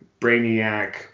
Brainiac